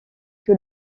que